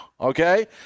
Okay